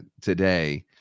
today